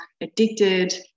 addicted